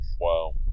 Wow